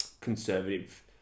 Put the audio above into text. conservative